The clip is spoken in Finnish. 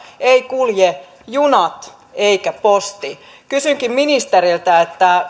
eivät kulje junat eikä posti kysynkin ministeriltä